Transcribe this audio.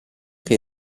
che